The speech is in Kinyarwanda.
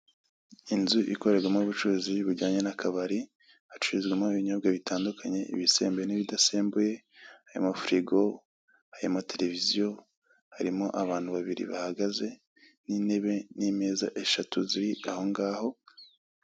Inzu ikorerwamo ubucuruzi bujyanye n'akabari, hacururizwamo ibinyobwa bitandukanye; ibisembuye n'ibidasembuye, harimo firigo, harimo televiziyo, harimo abantu babiri bahagaze, n'intebe, n'imeza eshatu ziri ahongaho.